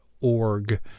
org